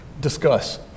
discuss